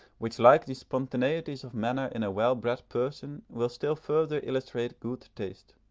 which like the spontaneities of manner in a well-bred person will still further illustrate good taste